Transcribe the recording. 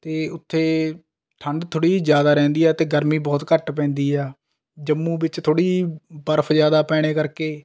ਅਤੇ ਉੱਥੇ ਠੰਡ ਥੋੜ੍ਹੀ ਜਿਹੀ ਜ਼ਿਆਦਾ ਰਹਿੰਦੀ ਹੈ ਅਤੇ ਗਰਮੀ ਬਹੁਤ ਘੱਟ ਪੈਂਦੀ ਹੈ ਜੰਮੂ ਵਿੱਚ ਥੋੜ੍ਹੀ ਬਰਫ ਜ਼ਿਆਦਾ ਪੈਣ ਕਰ ਕੇ